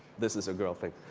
this is a girl thing.